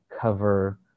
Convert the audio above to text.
cover